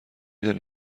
دانی